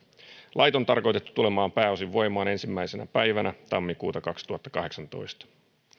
lait on tarkoitettu tulemaan pääosin voimaan ensimmäisenä päivänä tammikuuta kaksituhattakahdeksantoista